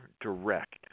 direct